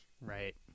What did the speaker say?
Right